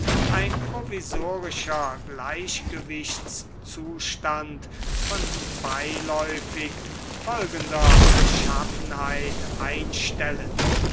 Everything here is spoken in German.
ein provisorischer gleichgewichtszustand von beiläufig folgender beschaffenheit einstellen